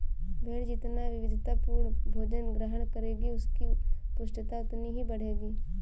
भेंड़ जितना विविधतापूर्ण भोजन ग्रहण करेगी, उसकी पुष्टता उतनी ही बढ़ेगी